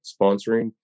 sponsoring